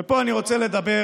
ופה אני רוצה לדבר